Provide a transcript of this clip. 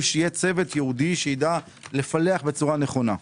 שיהיה צוות ייעודי שיידע לפלח בצורה נכונה.